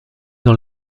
dans